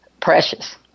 precious